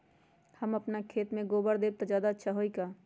हम अपना खेत में गोबर देब त ज्यादा अच्छा होई का?